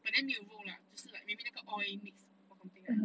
but then 没有肉啦只是 like maybe 那个 oil mix or something lah